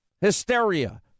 Hysteria